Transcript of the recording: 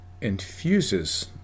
infuses